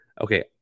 okay